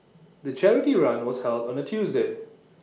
the charity run was held on A Tuesday